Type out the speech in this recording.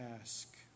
ask